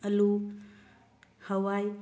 ꯑꯜꯂꯨ ꯍꯋꯥꯏ